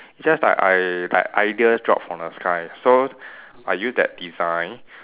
just like I like ideas drop from the sky so I use that design